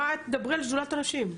דברי על שדולת הנשים.